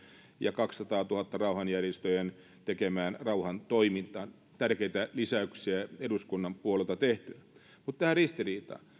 ja kahdensadantuhannen rauhanjärjestöjen tekemään rauhantoimintaan tärkeitä lisäyksiä eduskunnan puolelta tehtyjä mutta tähän ristiriitaan